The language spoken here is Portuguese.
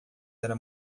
era